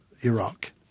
Iraq